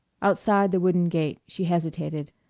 outside the wooden gate she hesitated.